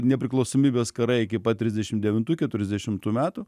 nepriklausomybės karai iki pat trisdešim devintų keturiasdešimtų metų